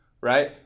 right